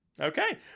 Okay